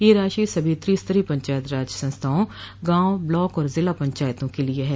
यह राशि सभी त्रि स्तरीय पंचायत राज संस्थाओं गांव ब्लॉक और जिला पंचायतों के लिए है